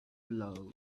blow